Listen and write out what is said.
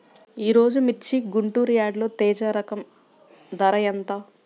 ఈరోజు మిర్చి గుంటూరు యార్డులో తేజ రకం ధర ఎంత?